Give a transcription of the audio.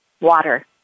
water